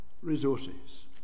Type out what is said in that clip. resources